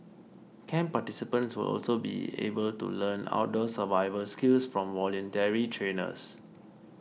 camp participants will also be able to learn outdoor survival skills from voluntary trainers